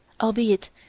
albeit